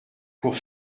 pour